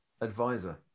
advisor